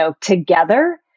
together